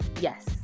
Yes